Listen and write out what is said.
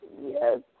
yes